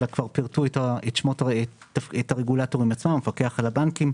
אלא כבר פירטו את הרגולטורים עצמם: המפקח על הבנקים,